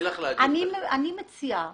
אני מציעה